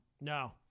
no